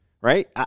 Right